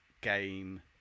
game